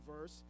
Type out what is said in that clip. verse